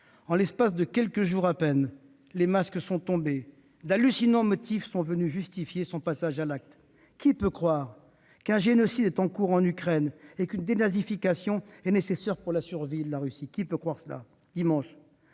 En l'espace de quelques jours à peine, les masques sont tombés, d'hallucinants motifs sont venus justifier son passage à l'acte. Qui peut croire qu'un « génocide » est en cours en Ukraine et qu'une « dénazification » est nécessaire pour la survie de la Russie ? Dimanche,